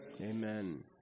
Amen